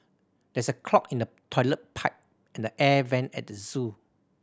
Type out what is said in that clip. there is a clog in the toilet pipe and the air vent at the zoo